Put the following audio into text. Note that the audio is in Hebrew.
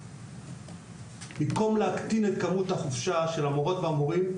במקום להקטין את כמות החופשה של המורות והמורים ותומכות החינוך,